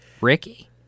Ricky